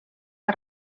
que